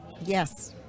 yes